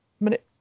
minute